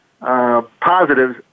positives